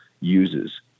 uses